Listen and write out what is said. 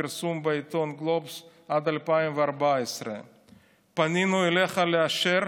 פרסום בעיתון גלובס עד 2014. פנינו אליך לאשר